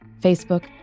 Facebook